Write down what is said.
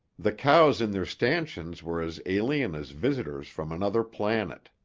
the cows in their stanchions were as alien as visitors from another planet.